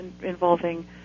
involving